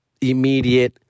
immediate